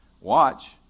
Watch